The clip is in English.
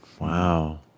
Wow